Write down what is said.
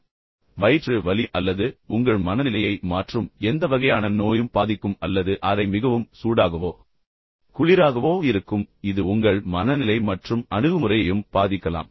அல்லது ஏதேனும் வயிற்று வலி அல்லது உங்கள் மனநிலையை மாற்றும் எந்த வகையான நோயும் பாதிக்கும் அல்லது அறை மிகவும் சூடாகவோ அல்லது மிகவும் குளிராகவோ இருக்கும் இது உங்கள் மனநிலை மற்றும் அணுகுமுறையையும் பாதிக்கலாம்